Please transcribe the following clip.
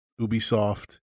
Ubisoft